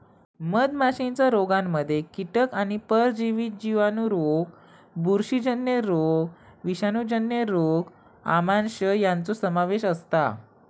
मधमाशीच्या रोगांमध्ये कीटक आणि परजीवी जिवाणू रोग बुरशीजन्य रोग विषाणूजन्य रोग आमांश यांचो समावेश असता